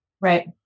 Right